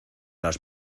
las